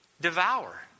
devour